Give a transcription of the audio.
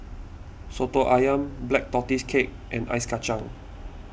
Soto Ayam Black Tortoise Cake and Ice Kachang